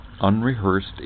unrehearsed